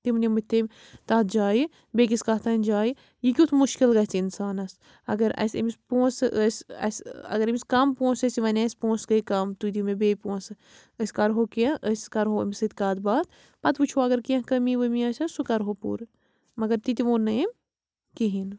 تِم نِمٕتۍ تٔمۍ تَتھ جایہِ بیٚیہِ کِس کَتھ تام جایہِ یہِ کیُتھ مُشکل گَژھ اِنسانَس اگر اَسہِ أمِس پونٛسہٕ ٲسۍ اَسہِ اگر أمِس کَم پونٛسہٕ ٲسۍ یہِ وَنہِ اَسہِ پونٛسہٕ گٔے کَم تُہۍ دِیِو مےٚ بیٚیہِ پونٛسہٕ أسۍ کَرٕہو کیٚنٛہہ أسۍ کَرٕہو أمِس سۭتۍ کَتھ باتھ پتہٕ وٕچھہو اگر کیٚنٛہہ کٔمی ؤمی آسٮ۪س سُہ کرہو پوٗرٕ مگر تِتہِ ووٚن نہٕ أمۍ کِہیٖنۍ نہٕ